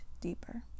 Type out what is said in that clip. deeper